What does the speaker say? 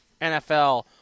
NFL